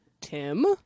Tim